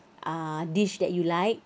uh dish that you like